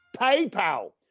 PayPal